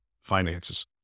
finances